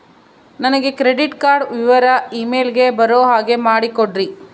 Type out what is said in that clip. ನನಗೆ credit card ವಿವರ email ಗೆ ಬರೋ ಹಾಗೆ ಮಾಡಿಕೊಡ್ರಿ?